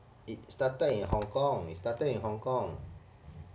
it started in hong kong it started in hong kong